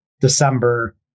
December